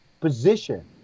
position